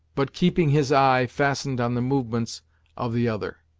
but keeping his eye fastened on the movements of the other.